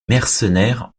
mercenaires